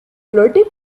flirting